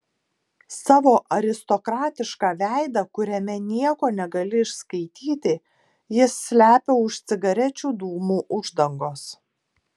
savo aristokratišką veidą kuriame nieko negali išskaityti jis slepia už cigarečių dūmų uždangos